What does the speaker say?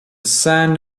sand